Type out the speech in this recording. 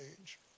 age